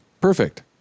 perfect